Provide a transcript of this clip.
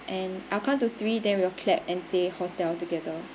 and I'll count to three then we'll clap and say hotel together